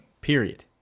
period